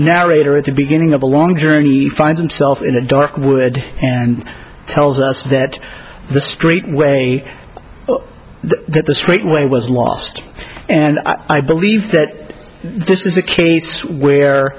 narrator at the beginning of a long journey finds himself in a dark wood and tells us that the straight way that the straight way was lost and i believe that this is a case where